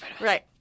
Right